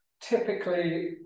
Typically